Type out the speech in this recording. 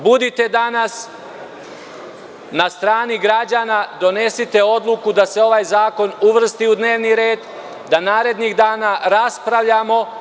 Budite danas na strani građana, donesite odluku da se ovaj zakon uvrsti u dnevni red, da narednih dana raspravljamo.